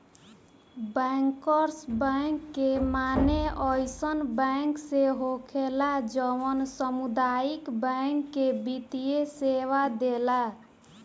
bankers bank के माने अइसन बैंक से होखेला जवन सामुदायिक बैंक के वित्तीय सेवा देला